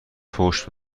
پشت